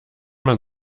man